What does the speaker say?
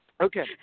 Okay